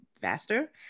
faster